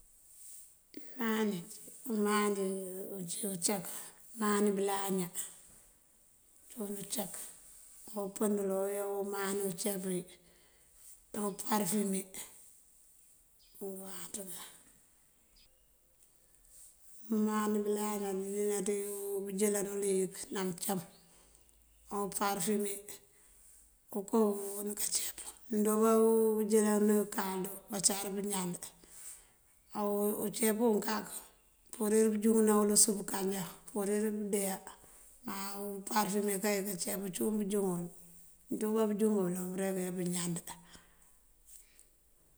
Umani, umani uncí wí ucak, umani bëlaña cíwun ucak, opëndël oyá umani pëëceepëwí ná umparëfume ngëëwanţëngan. Umani bëlaña olínánţí bëënjëëjëlan uliyëk ná mëëncáam. O parëfume okoo yëlan káanceep, mëëndooba bëënjëlan kalëndu káancar pëëñab. Awu uceep unkak mëëmpurir pëënjúŋënawul usumpënkáanjá, ampurir pëëndeya. Maa parëfume kay kaceep cíiwun bëënjúŋar uwul. Mëënjúŋ mba bëënjúŋar baloŋ pëëre ja pëëñad.